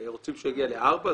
רוצים שהוא יגיע לארבעה,